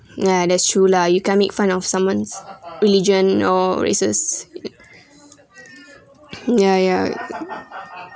ya that's true lah you can't make fun of someone's religion or races ya ya